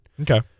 Okay